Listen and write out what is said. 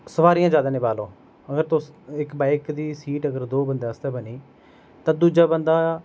सवारियां जादै नी ब्हालो अगर तुस इक बाइक दी सीट अगर दो बंदें आस्तै बनी तां हूजा बंदा